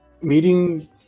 meeting